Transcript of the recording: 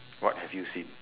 what have you seen